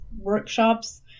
workshops